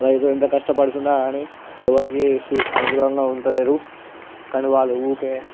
రైతులు ఎంత కష్టపడుతున్న కాని ఎవరికి అనుకూలంగా ఉంటలేరు కానీ వాళ్ళు ఊరికే